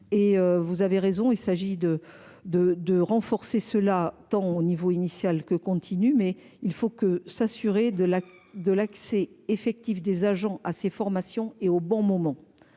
vous avez raison, il s'agit de de de renforcer ceux là tant au niveau initiale que continue mais il faut que s'assurer de la, de l'accès effectif des agents à ces formations et au bon moment.